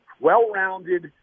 well-rounded